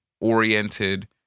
Oriented